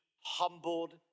humbled